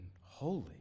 holy